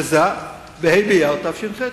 ומה היה לפני?